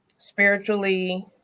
spiritually